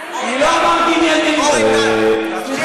אני לא אמרתי מי, סליחה, אורן, די, תפסיק.